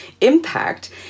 impact